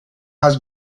has